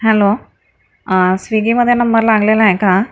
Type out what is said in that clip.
hello स्विगीमध्ये number लागलेला आहे का हा